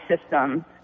system